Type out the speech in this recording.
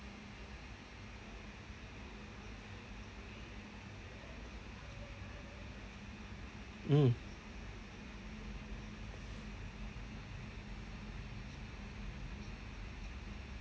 mm